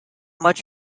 much